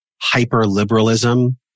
hyper-liberalism